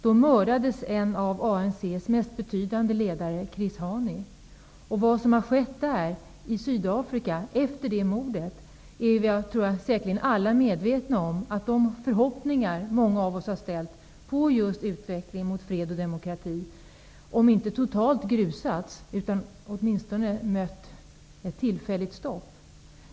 Då mördades ju en av ANC:s mest betydande ledare, Chris Hani. Vad som har skett i Sydafrika efter detta mord tror jag att vi alla är medvetna om, dvs. att de förhoppningar som många av oss har ställt på just utveckling mot fred och demokrati har, om inte totalt grusats, så åtminstone mötts av ett tillfälligt stopp.